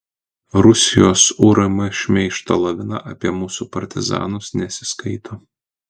rusijos urm šmeižto lavina apie mūsų partizanus nesiskaito